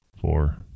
four